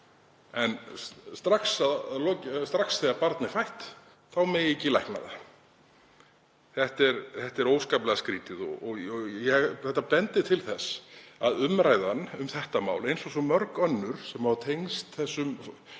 en strax þegar barn er fætt þá megi ekki lækna það. Þetta er óskaplega skrýtið og bendir til þess að þetta mál, eins og svo mörg önnur sem tengjast þessum lagabálki